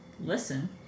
Listen